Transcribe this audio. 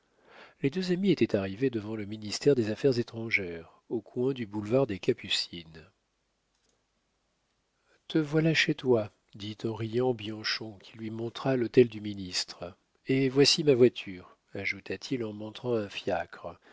les deux amis étaient arrivés devant le ministère des affaires étrangères au coin du boulevard des capucines te voilà chez toi dit en riant bianchon qui lui montra l'hôtel du ministre et voici ma voiture ajouta-t-il en montrant un fiacre